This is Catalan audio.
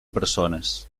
persones